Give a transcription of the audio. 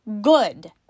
good